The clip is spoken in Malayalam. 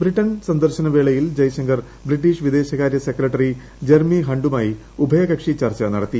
ബ്രിട്ടൺ സന്ദർശന വേളയിൽ ജയശങ്കർ ബ്രിട്ടീഷ് വിദേശകാര്യ സെക്രട്ടറി ജെറമി ഹണ്ടുമായി ഉഭയകക്ഷി ചർച്ച നടത്തി